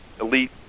elite